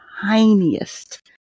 tiniest